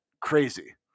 crazy